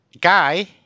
Guy